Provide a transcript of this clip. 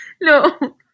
No